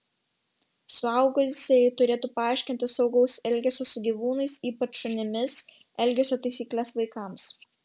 suaugusieji turėtų paaiškinti saugaus elgesio su gyvūnais ypač šunimis elgesio taisykles vaikams